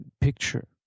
picture